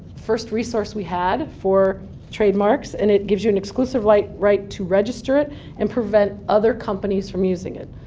first resource we had for trademarks. and it gives you an exclusive like right to register it and prevent other companies from using it.